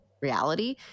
reality